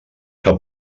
que